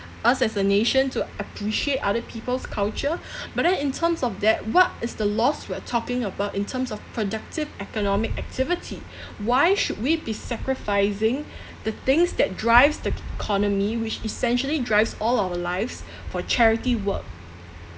us as a nation to appreciate other people's culture but then in terms of that what is the loss we're talking about in terms of productive economic activity why should we be sacrificing the things that drives the economy which essentially drives all our lives for charity work